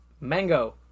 mango